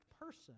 person